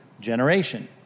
generation